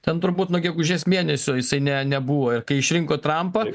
ten turbūt nuo gegužės mėnesio jisai ne nebuvo kai išrinko trampą